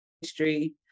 history